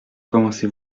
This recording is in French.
commencez